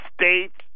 States